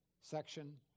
section